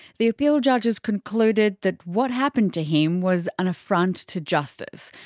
the appeal judges concluded that what happened to him was an affront to justice.